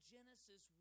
Genesis